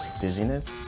dizziness